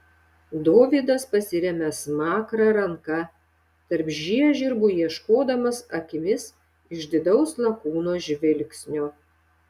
dovydas pasiremia smakrą ranka tarp žiežirbų ieškodamas akimis išdidaus lakūno žvilgsnio